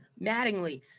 Mattingly